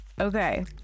Okay